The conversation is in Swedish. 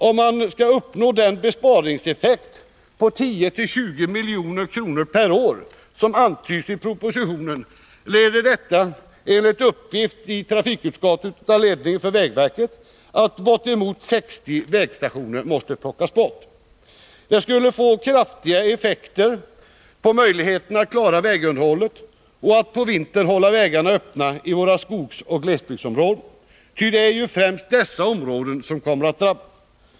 Om man skall uppnå den besparingseffekt på 10-20 milj.kr. per år som antyds i propositionen, leder detta enligt uppgift i trafikutskottet av ledningen för vägverket till att uppemot 60 vägstationer måste plockas bort. Det skulle få kraftiga effekter på möjligheten att klara vägunderhållet och att på vintern hålla vägarna öppna i våra skogsoch glesbygdsområden, ty det är ju främst dessa områden som kommer att drabbas.